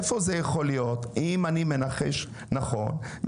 אם אני מנחש נכון,